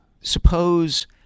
suppose